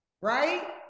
right